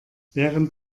während